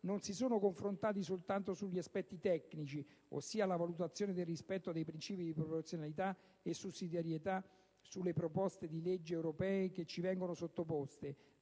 non si sono confrontati soltanto sugli aspetti tecnici, ossia la valutazione del rispetto dei principi di proporzionalità e sussidiarietà sulle proposte di legge europee che ci vengono sottoposte,